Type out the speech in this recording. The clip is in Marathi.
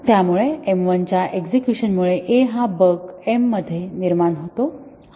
त्यामुळे m1 च्या एक्झेक्युशन मुळे A हा बग m मध्ये निर्माण होतो